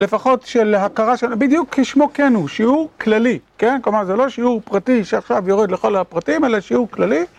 לפחות של הכרה שלנו, בדיוק כשמו כן הוא שיעור כללי, כן? כלומר זה לא שיעור פרטי שעכשיו יורד לכל הפרטים, אלא שיעור כללי.